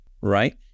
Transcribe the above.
right